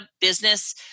business